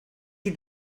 qui